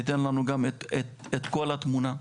שייתן לנו גם את כל התמונה,